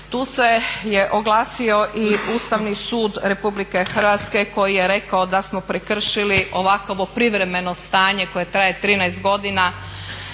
Tu se je oglasio i Ustavni sud RH koji je rekao da smo prekršili ovakvo privremeno stanje koje traje 13 godina,